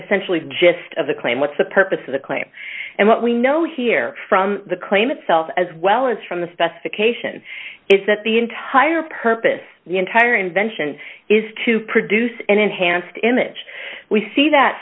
essentially just of the claim what's the purpose of the claim and what we know here from the claim itself as well as from the specification is that the entire purpose the entire invention is to produce an enhanced image we see that